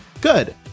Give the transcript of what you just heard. Good